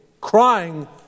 Crying